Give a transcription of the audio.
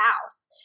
house